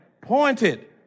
pointed